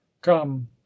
Come